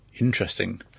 Interesting